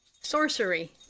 sorcery